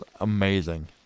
Amazing